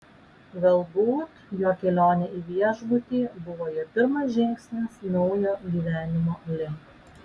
galbūt jo kelionė į viešbutį buvo jo pirmas žingsnis naujo gyvenimo link